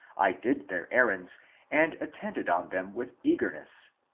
i did their errands and attended on them with eagerness,